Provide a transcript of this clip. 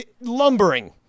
Lumbering